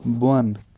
بۄن